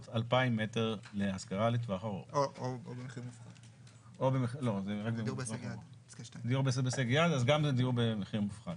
2,000 מ' השכרה לטווח ארוך וגם דיור במחיר מופחת.